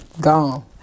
gone